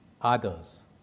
others